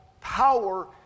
power